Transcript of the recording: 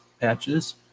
patches